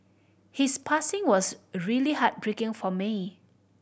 his passing was really heartbreaking for me